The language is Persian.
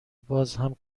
بازهم